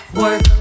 work